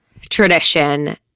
tradition